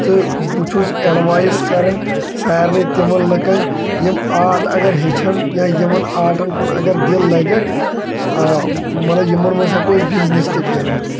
تہٕ بہٕ چھُس ایڈوایِس کران سارنی تِمن لُکن یِم آٹ اَگر ہیٚچھن یا اَگر یِمن آٹن کُن اگر دِل لَگیکھ مطلب یِمن منٛز ہیکو ٲسۍ بِزنِس تہِ کٔرِتھ